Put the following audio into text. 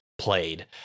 played